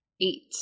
eight